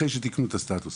אחרי שתיקנו את הסטטוס.